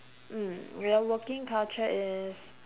mm then working culture is